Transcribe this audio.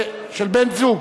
"של בן-זוג"